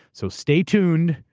so stay tuned.